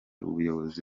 ubuyobozi